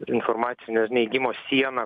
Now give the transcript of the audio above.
informacinio neigimo sieną